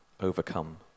overcome